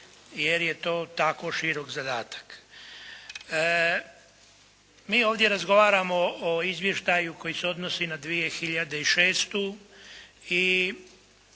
jer je to tako širok zadatak. Mi ovdje razgovaramo o izvještaju koji se odnosi na 2006.